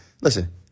Listen